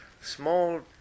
small